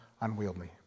unwieldy